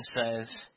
says